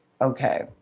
okay